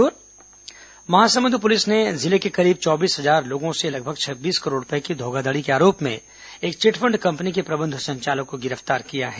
Mahasamund chit fund company Mahasamund police ने जिले के करीब चौबीस हजार लोगों से लगभग छब्बीस करोड़ रूपये की धोखाधड़ी के आरोप में एक चिटफंड कंपनी के प्रबंध संचालक को गिरफ्तार किया है